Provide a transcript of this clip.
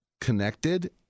connected